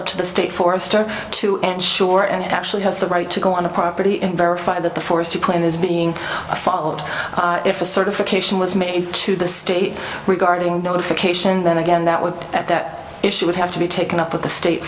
talk to the state for a start to ensure and actually has the right to go on the property and verify that the force you plan is being followed if a certification was made to the state regarding notification then again that would at that issue would have to be taken up with the state